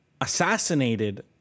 assassinated